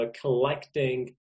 collecting